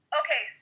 okay